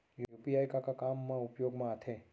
UPI का का काम मा उपयोग मा आथे?